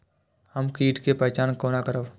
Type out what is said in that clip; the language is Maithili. हम कीट के पहचान कोना करब?